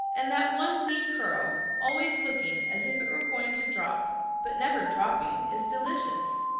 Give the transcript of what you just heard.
and that one wee curl, always looking as if it were going to drop but never dropping, is delicious.